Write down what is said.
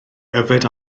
yfed